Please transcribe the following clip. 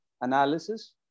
analysis